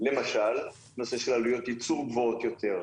למשל נושא של עלויות ייצור גבוהות יותר,